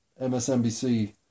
MSNBC